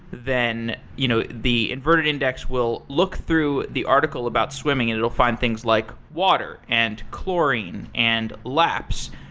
then you know the inverted index will look through the article about swimming and it will find things like water, and chlorine, and laps,